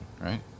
right